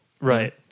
Right